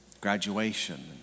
graduation